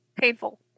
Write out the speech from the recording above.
painful